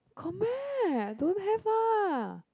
got meh don't have lah